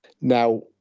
Now